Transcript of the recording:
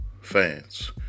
fans